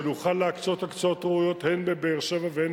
שנוכל להקצות הקצאות ראויות הן בבאר-שבע והן